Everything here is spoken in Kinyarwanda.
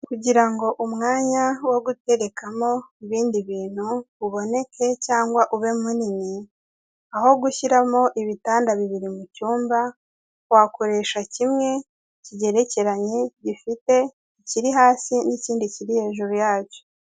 Kugira ngo umwanya wo guterekamo ibindi bintu uboneke cyangwa ube munini, aho gushyiramo ibitanda bibiri mu cyumba, wakoresha kimwe kigerekeranye gifite ikiri hasi n'ikindi kiri hejuru yacyo.